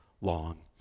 long